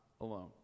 alone